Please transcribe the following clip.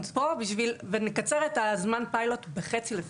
אנחנו פה ונקצר את זמן פיילוט בחצי לפחות.